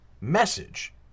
message